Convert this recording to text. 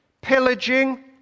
pillaging